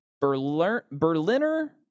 Berliner